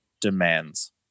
demands